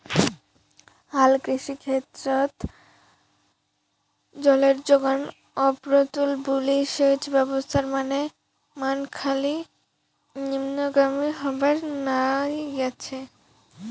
হালকৃষি ক্ষেত্রত জলের জোগান অপ্রতুল বুলি সেচ ব্যবস্থার মান খালি নিম্নগামী হবার নাইগছে